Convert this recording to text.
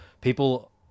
People